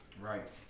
Right